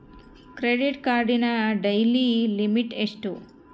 Credit ಕಾರ್ಡಿನ daily limit ಎಷ್ಟು?